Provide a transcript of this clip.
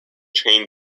train